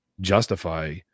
justify